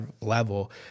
level